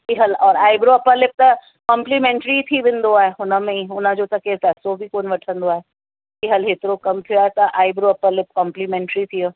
की हल और आइब्रो अपरलिप्स त कोमप्लीमेंट्री थी वेंदो आहे हुन में ई हुन जो त केरु पैसो बि कोन वठंदो आहे की हल हेतिरो कमु थियो आहे त आइब्रो अपरलिप्स कोमप्लीमेंट्री थी वियो